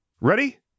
Ready